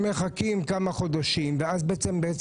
מחכים כמה חודשים ואז בעצם זה